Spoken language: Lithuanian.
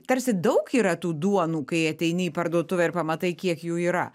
tarsi daug yra tų duonų kai ateini į parduotuvę ir pamatai kiek jų yra